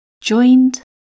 joined